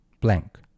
blank